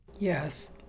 Yes